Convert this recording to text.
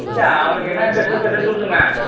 இல்லை அவனுக்கு என்ன இன்ட்ரஸ்ட்டு இருக்கோ சேர்த்துவுட்ருங்க